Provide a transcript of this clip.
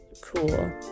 cool